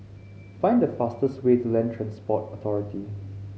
find the fastest way to Land Transport Authority